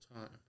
time